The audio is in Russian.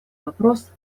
вопрос